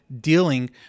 dealing